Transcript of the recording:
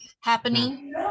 happening